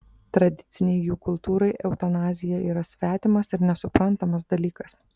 tradicinei jų kultūrai eutanazija yra svetimas ir nesuprantamas dalykas